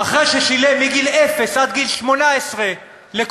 אחרי ששילם מגיל אפס עד גיל 18 לקופת-החולים